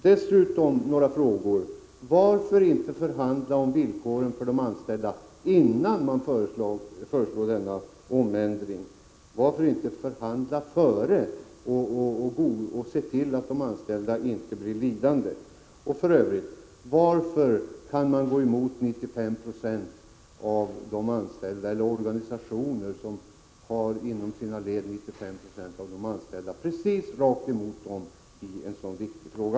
Dessutom har jag några frågor: Varför inte förhandla om villkoren för de anställda innan man föreslår denna ändring? Varför inte förhandla före och se till att de anställda inte blir lidande? Varför går man i en så viktig fråga rakt emot de organisationer som inom sina led har 95 96 av de anställda?